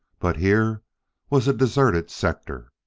but here was a deserted sector.